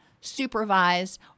supervise